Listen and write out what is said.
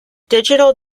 digital